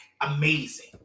amazing